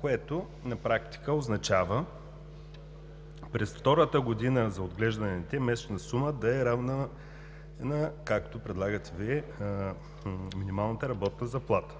което на практика означава през втората година за отглеждане на дете месечната сума да е равна, както предлагате Вие, на минималната работна заплата.